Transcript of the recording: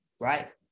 right